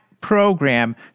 program